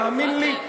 תאמין לי,